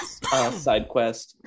SideQuest